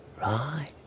right